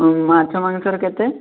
ଆଉ ମାଛ ମାଂସର କେତେ